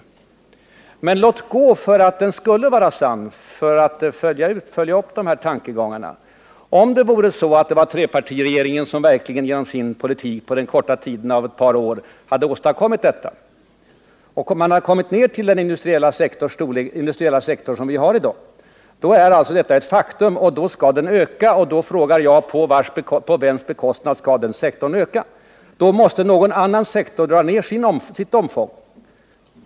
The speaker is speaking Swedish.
Om det vore så att den var sann — låt gå för det för att vi skall kunna följa upp de här tankegångarna — och om det vore så att trepartiregeringen genom sin politik på den korta tiden av ett par år hade åstadkommit detta och man kommit ned till den storlek som den industriella sektorn har i dag, då är detta ett faktum, och då skall den öka. Jag frågar då: På vems bekostnad skall detta ske? Då måste någon annan sektor dra ner sitt omfång.